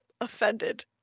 offended